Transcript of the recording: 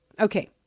Okay